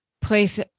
place